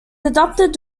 adopted